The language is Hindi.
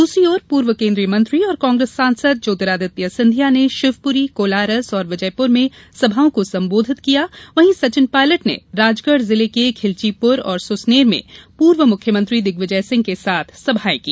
दूसरी ओर पूर्व केंद्रीय मंत्री और कांग्रेस सांसद ज्यातिरादित्य सिंधिया ने शिवपूरी कोलारस और विजयपूर में सभाओं को संबोधित किया वहीं सचिन पायलट ने राजगढ़ जिले के खिलचीपुर और सुसनेर में पूर्व मुख्यमंत्री दिग्विजयसिंह के साथ सभाये की